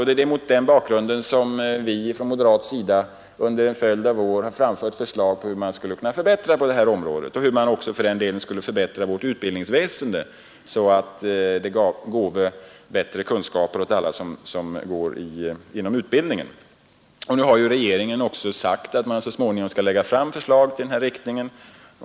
Det är mot denna bakgrund vi moderater under en följd av år framfört förslag om hur man skulle kunna förbättra på detta område och för den delen också förbättra vårt utbildningsväsende, så att det gav bättre kunskaper åt alla som deltar i utbildningen. Regeringen har nu sagt att den så småningom skall lägga fram förslag i denna riktning.